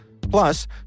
Plus